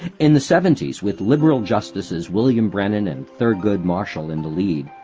in the seventies, with liberal justices william brennan and thurgood marshall in the lead,